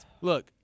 Look